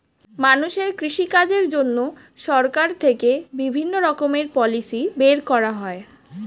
মানুষের কৃষি কাজের জন্য সরকার থেকে বিভিন্ন রকমের পলিসি বের করা হয়